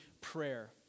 prayer